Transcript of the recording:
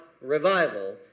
revival